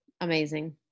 Amazing